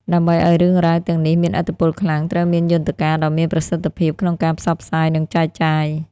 ដើម្បីឲ្យរឿងរ៉ាវទាំងនេះមានឥទ្ធិពលខ្លាំង ត្រូវមានយន្តការដ៏មានប្រសិទ្ធភាពក្នុងការផ្សព្វផ្សាយ និងចែកចាយ។